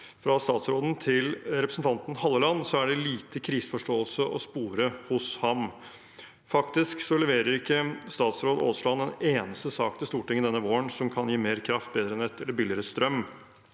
fra statsråden til representanten Halleland, er det liten kriseforståelse å spore hos ham. Faktisk leverer ikke statsråd Aasland en eneste sak til Stortinget denne våren som kan gi mer kraft, bedre nett eller billigere strøm.